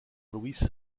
luis